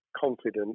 confident